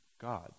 God